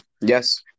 Yes